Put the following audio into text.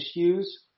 issues